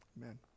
Amen